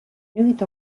nüüd